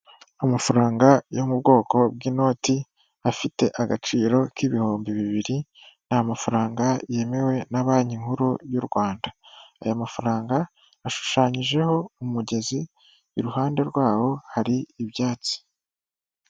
Amafaranga yo mu bwoko bw'inoti, afite agaciro k'ibihumbi bibiri ni amafaranga yemewe na Banki nkuru y' u Rwanda. Aya mafaranga ashushanyijeho umugezi iruhande rwawo hari ibyatsi.